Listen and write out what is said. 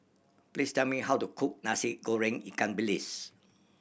please tell me how to cook Nasi Goreng ikan bilis